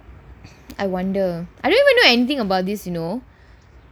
I wonder I didn't even know anything about this you know